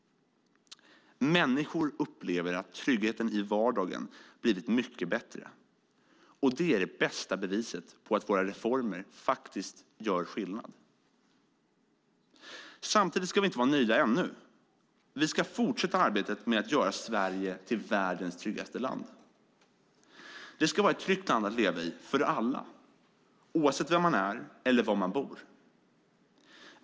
Människor upplever att tryggheten i vardagen har blivit mycket bättre. Det är det bästa beviset på att våra reformer faktiskt gör skillnad. Samtidigt ska vi ännu inte vara nöjda. Vi ska fortsätta arbetet med att göra Sverige till världens tryggaste land. Det ska vara ett tryggt land att leva i för alla oavsett vem man är eller var man bor.